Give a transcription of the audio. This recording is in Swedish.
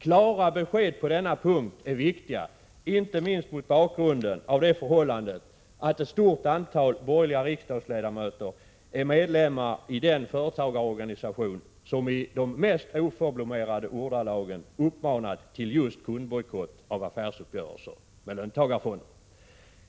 Klara besked på denna punkt är viktiga inte minst mot bakgrund av det förhållandet att flera borgerliga riksdagsledamöter är medlemmar i den företagarorganisation som i de mest oförblommerade ordalagen uppmanat till just kundbojkott av affärsuppgörelser med löntagarfonderna.